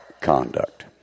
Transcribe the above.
conduct